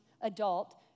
adult